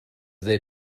they